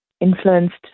influenced